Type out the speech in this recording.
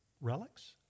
relics